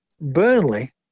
Burnley